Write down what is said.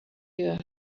hear